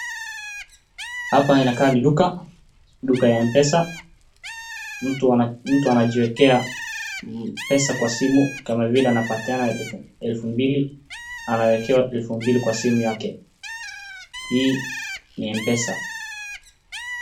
Hapa inakaa ni duka, duka ya mpesa. Mtu anajiwekea pesa kwa simu kama vile anapatiana elfu mbili anawekewa elfu mbili kwa simu yake. Hii ni mpesa.